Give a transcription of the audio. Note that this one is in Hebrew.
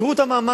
תקראו את המאמר,